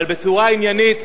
אבל בצורה עניינית,